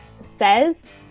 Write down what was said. says